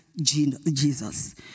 Jesus